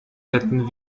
hätten